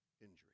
injury